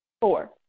four